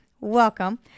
welcome